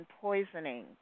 poisoning